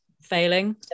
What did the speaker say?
failing